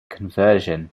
conversion